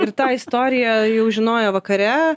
ir tą istoriją jau žinojo vakare